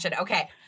Okay